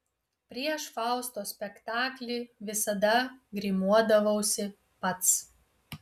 prieš fausto spektaklį visada grimuodavausi pats